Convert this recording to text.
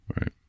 Right